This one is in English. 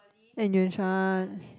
and Yun-Shuan